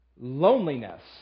loneliness